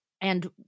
And-